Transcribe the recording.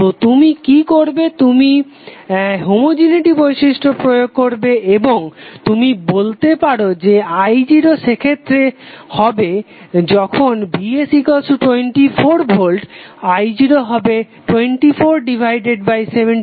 তো তুমি কি করবে তুমি হোমোজেনেটি বৈশিষ্ট্য প্রয়োগ করবে এবং তুমি বলতে পারো যে I0 সেক্ষেত্রে যখন vs24V হবে 2476 A